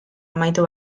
amaitu